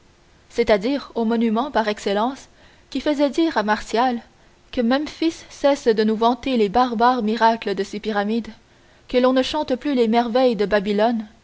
c'est-à-dire au monument par excellence qui faisait dire à martial que memphis cesse de nous vanter les barbares miracles de ses pyramides que l'on ne chante plus les merveilles de babylone